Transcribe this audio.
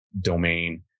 domain